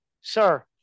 Sir